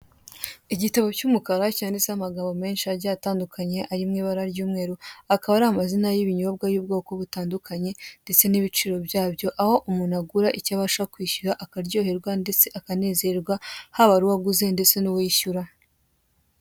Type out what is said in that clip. Igitabo cy'umukara cyanditseho amagambo menshi agiye atandukanye ari mu ibara ry'umweru, akaba ari amazina y'ibinyobwa y'ubwoko butandukanye ndetse n'ibiciro byabyo, aho umuntu agura icyo abasha kwishyura akaryoherwa ndetse akanezerwa, haba ari uwaguze ndetse n'uwishyura.